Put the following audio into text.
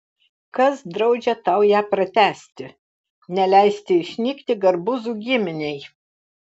kas draudžia tau ją pratęsti neleisti išnykti garbuzų giminei